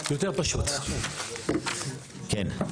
כן?